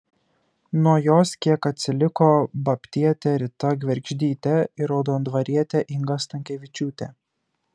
nuo jos kiek atsiliko babtietė rita gvergždytė ir raudondvarietė inga stankevičiūtė